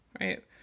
right